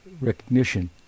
recognition